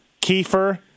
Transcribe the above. Kiefer